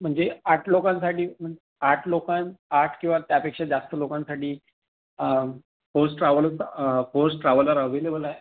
म्हणजे आठ लोकांसाठी म्हणजे आठ लोकां आठ किंवा त्यापेक्षा जास्त लोकांसाठी post travels post traveller available आहे